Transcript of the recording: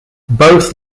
both